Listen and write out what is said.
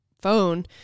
phone